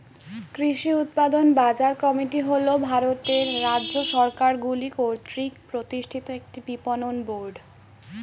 কৃষি উৎপাদন বাজার কমিটি হল ভারতের রাজ্য সরকারগুলি কর্তৃক প্রতিষ্ঠিত একটি বিপণন বোর্ড